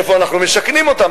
איפה אנחנו משכנים אותם,